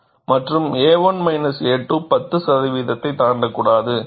மற்றும் a1 a2 10 சதவீதத்தை தாண்டக்கூடாது